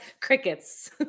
crickets